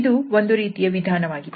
ಇದು ಒಂದು ರೀತಿಯ ವಿಧಾನವಾಗಿದೆ